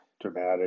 Dramatic